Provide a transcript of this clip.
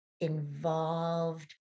involved